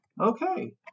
Okay